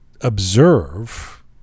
observe